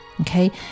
Okay